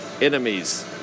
enemies